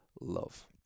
love